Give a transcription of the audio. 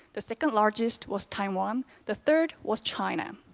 the second largest was taiwan, the third was china.